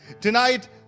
Tonight